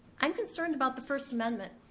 i'm concerned about the first amendment.